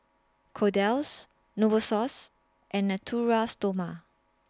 Kordel's Novosource and Natura Stoma